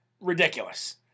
ridiculous